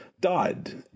died